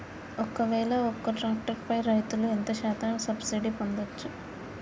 ఒక్కవేల ఒక్క ట్రాక్టర్ పై రైతులు ఎంత శాతం సబ్సిడీ పొందచ్చు?